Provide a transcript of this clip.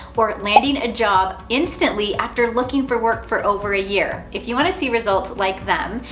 or landing a job instantly after looking for work for over a year. if you wanna see results like them,